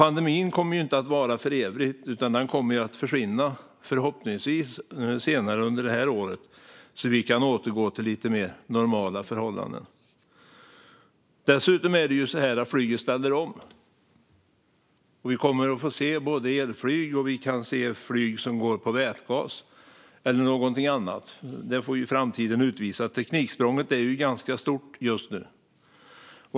Pandemin kommer inte att vara för evigt, utan den kommer att försvinna - förhoppningsvis senare under det här året. Då kan vi återgå till lite mer normala förhållanden. Dessutom ställer flyget om, och vi kommer att få se både elflyg och flyg som går på vätgas eller någonting annat; det får framtiden utvisa. Tekniksprånget är ganska stort just nu.